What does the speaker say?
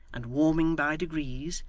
and warming by degrees,